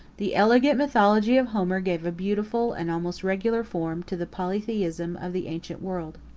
the elegant mythology of homer gave a beautiful, and almost regular form, to the polytheism of the ancient world.